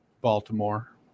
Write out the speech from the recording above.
Baltimore